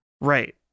Right